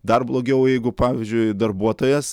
dar blogiau jeigu pavyzdžiui darbuotojas